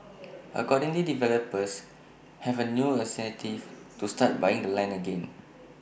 accordingly developers have A new incentive to start buying the land again